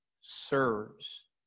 serves